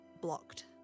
blocked